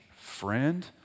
friend